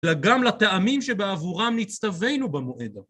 וגם לטעמים שבעבורם נצטווינו במועדה.